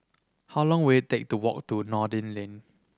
how long will it take to walk to Noordin Lane